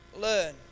Learn